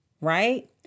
right